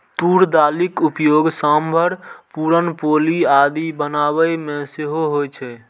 तूर दालिक उपयोग सांभर, पुरन पोली आदि बनाबै मे सेहो होइ छै